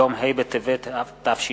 ביום ה' בטבת התש"ע,